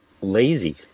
lazy